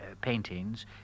paintings